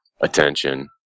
attention